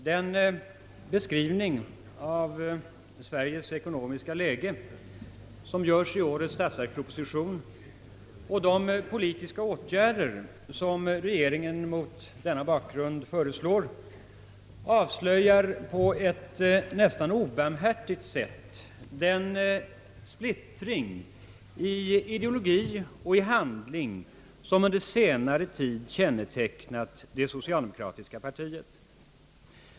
Den beskrivning av Sveriges ekonomiska läge som görs i årets statsverksproposition, och de poli tiska åtgärder som regeringen mot denna bakgrund föreslår, avslöjar på ett nästan obarmhärtigt sätt den splittring 1 ideologi och handling, som under senare tid kännetecknat det socialdemokratiska partiet.